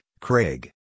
Craig